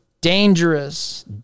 dangerous